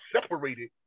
separated